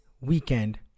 weekend